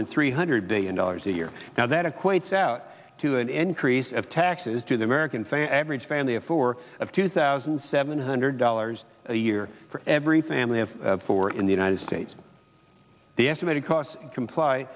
than three hundred billion dollars a year now that equates out to an encrease of taxes to the american family average family of four of two thousand seven hundred dollars a year for every family of four in the united states the estimate costs comply